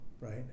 right